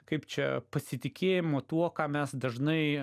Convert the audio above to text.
kaip čia pasitikėjimo tuo ką mes dažnai